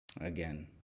again